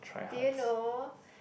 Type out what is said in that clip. did you know